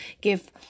give